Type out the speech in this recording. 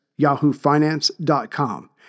yahoofinance.com